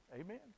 Amen